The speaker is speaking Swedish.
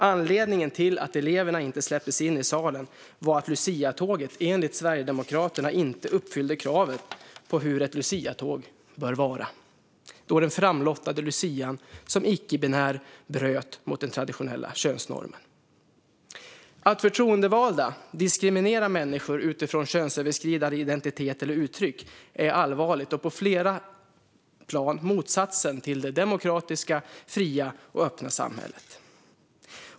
Anledningen till att eleverna inte släpptes in i salen var att luciatåget enligt Sverigedemokraterna inte uppfyllde kraven på hur ett luciatåg bör vara, då den framlottade lucian, som icke-binär, bröt mot den traditionella könsnormen. Att förtroendevalda diskriminerar människor utifrån könsöverskridande identitet eller uttryck är allvarligt och på flera plan motsatsen till det demokratiska, fria och öppna samhället.